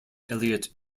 eliot